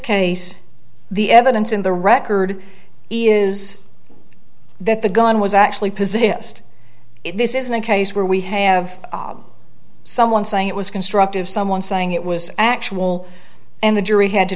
case the evidence in the record is that the gun was actually possessed if this isn't a case where we have someone saying it was constructive someone saying it was actual and the jury had to